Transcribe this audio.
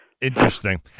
Interesting